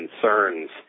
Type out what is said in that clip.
concerns